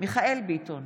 מיכאל מרדכי ביטון,